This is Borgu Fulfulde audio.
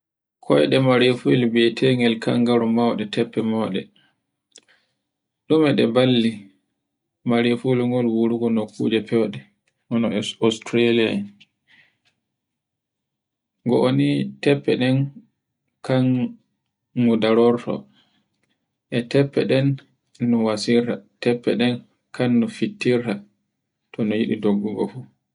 Koyɗe mere fuyel biyete ngel kangaru moɗe, teffe moɗe, ɗume ɗu ballel bare fuwol nhgol worngo hannkunde Australiya en goo ni teffe ɗen kam no darorto e teffe ɗen no wasirta kan no fittorta to yiɗi doggurdu.